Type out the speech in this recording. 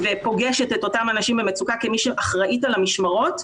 ופוגשת את אותם אנשים במצוקה כמי שאחראית על המשמרות,